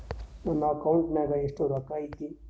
ನನ್ನ ಅಕೌಂಟ್ ನಾಗ ಎಷ್ಟು ರೊಕ್ಕ ಐತಿ?